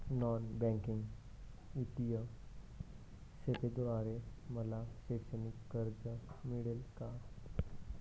Non banking वित्तीय सेवेद्वारे मला शैक्षणिक कर्ज मिळेल का?